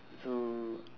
so